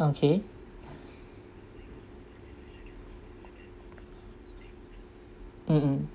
okay mmhmm